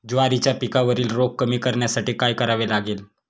ज्वारीच्या पिकावरील रोग कमी करण्यासाठी काय करावे लागेल?